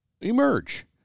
emerge